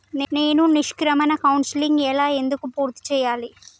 నేను నిష్క్రమణ కౌన్సెలింగ్ ఎలా ఎందుకు పూర్తి చేయాలి?